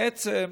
בעצם,